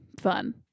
fun